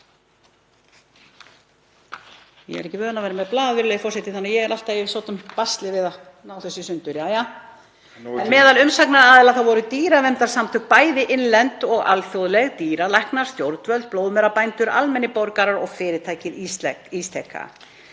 Meðal umsagnaraðila voru dýraverndunarsamtök, bæði innlend og alþjóðleg, dýralæknar, stjórnvöld, blóðmerabændur, almennir borgarar og fyrirtækið Ísteka.